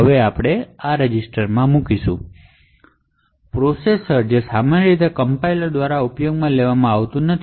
હવે આ dedicated register એ પ્રોસેસર ના કેટલાક રજિસ્ટર છે જે સામાન્ય રીતે કમ્પાઇલર દ્વારા ઉપયોગમાં લેવામાં આવતા નથી